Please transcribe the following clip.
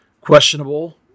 questionable